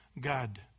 God